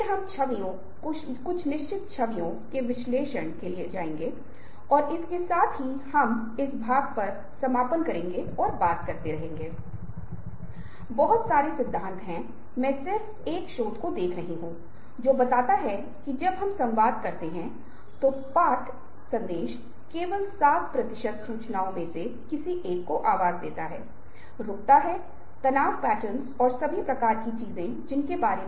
तो उस संदर्भ में जब हम अनुनय की कला के बारे में बात कर रहे हैं तो ये ऐसे क्षेत्र हैं जिन्हें हम दो सत्रों में कवर करेंगे अनुनय की कला भाग 1 और अनुनय की कला भाग 2